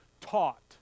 taught